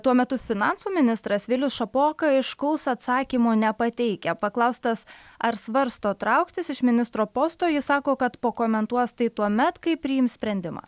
tuo metu finansų ministras vilius šapoka aiškaus atsakymo nepateikia paklaustas ar svarsto trauktis iš ministro posto jis sako kad pakomentuos tai tuomet kai priims sprendimą